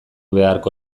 beharko